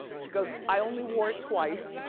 she goes, i only wore it twice.